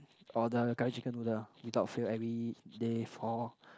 or the curry chicken noodle ah without fail everyday for